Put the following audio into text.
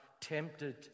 tempted